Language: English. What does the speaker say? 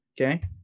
okay